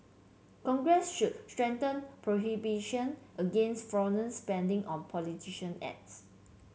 congress should strengthen prohibition against foreign spending on ads